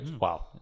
wow